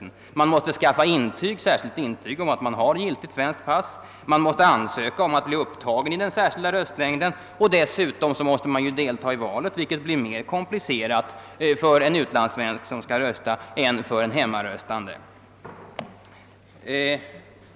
Vederbörande måste skaffa särskilt intyg om att han har giltigt svenskt pass samt ansöka om att bli intagen i den särskilda röstlängden. Dessutom måste han delta i valet, vilket är mer komplicerat för en utlandssvensk som skall rösta än för en hemmaröstande.